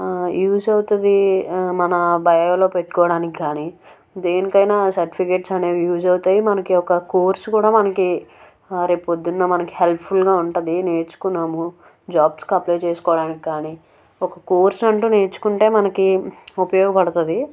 use అవుతుంది మన బయోలో పెట్టుకోవడానికి కానీ దేనికైనా సర్టిఫికేట్స్ అనేవి యూస్ అవుతాయి మనకి ఒక కోర్స్ కూడా మనకి రేపొద్దున్న మనకి హెల్ప్ఫుల్గా ఉంటుంది నేర్చుకున్నాము జాబ్స్కి అప్లై చేసుకోవడానికి కానీ ఒక కోర్స్ అంటూ నేర్చుకుంటే మనకి ఉపయోగపడుతుంది